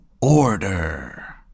order